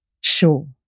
Sure